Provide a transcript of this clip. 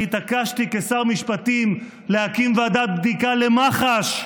התעקשתי כשר משפטים להקים ועדת בדיקה למח"ש,